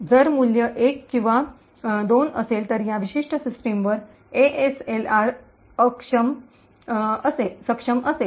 जर मूल्य एक किंवा 2 असेल तर त्या विशिष्ट सिस्टमवर एएसएलआर सक्षम असेल